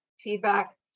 feedback